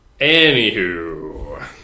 Anywho